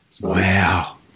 wow